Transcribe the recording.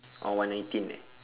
oh one nineteen eh